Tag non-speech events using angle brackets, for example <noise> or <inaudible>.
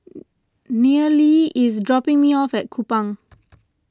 <noise> Nealie is dropping me off at Kupang